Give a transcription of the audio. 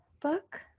book